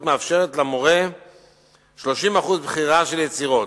מאפשרת למורה 30% בחירה של יצירות.